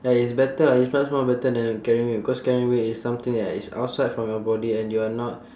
ya it's better lah it's much more better than carrying weight because carrying weight is something that is outside from your body and you are not